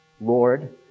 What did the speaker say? Lord